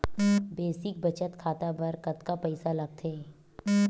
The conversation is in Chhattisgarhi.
बेसिक बचत खाता बर कतका पईसा लगथे?